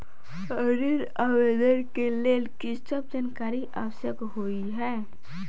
ऋण आवेदन केँ लेल की सब जानकारी आवश्यक होइ है?